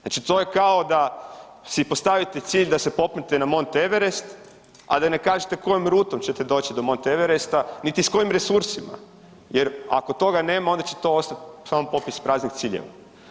Znači to je kao da se postavite cilj da se popnete na Mount Everest, a da ne kažete kojom rutom ćete doći do Mount Everesta, niti s kojim resursima jer ako toga nema onda te ostati samo popis praznih ciljeva.